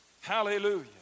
Hallelujah